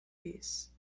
peace